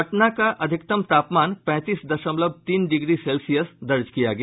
पटना का अधिकतम तापमान पैंतीस दशमलव तीन डिग्री सेल्सियस दर्ज किया गया